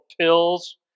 pills